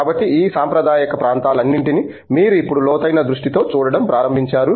కాబట్టి ఈ సాంప్రదాయిక ప్రాంతాలన్నింటినీ మీరు ఇప్పుడు లోతైన దృష్టితో చూడటం ప్రారంభించారు